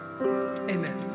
Amen